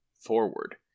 forward